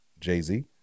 Jay-Z